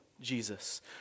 Jesus